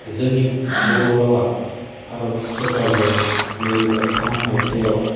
जोंनि बर' रावा भारत सरकारजों नैरोजा थाम मायथाइयाव